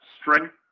strength